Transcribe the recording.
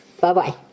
Bye-bye